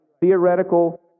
theoretical